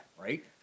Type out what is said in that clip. Right